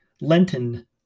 Lenten